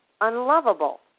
unlovable